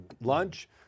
lunch